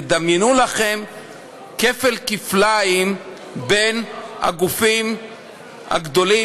תדמיינו לכם כפל-כפליים בין הגופים הגדולים,